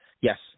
yes